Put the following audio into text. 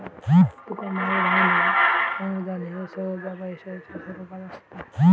तुका माहित हां ना, अनुदान ह्या सहसा पैशाच्या स्वरूपात असता